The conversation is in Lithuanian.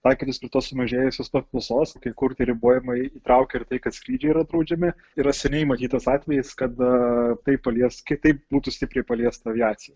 taikytis prie tos sumažėjusios paklausos kai kur tie ribojimai įtraukė ir tai kad skrydžiai yra draudžiami yra seniai matytas atvejis kada tai palies kitaip būtų stipriai paliesta aviacija